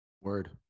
Word